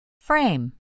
Frame